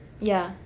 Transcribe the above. ya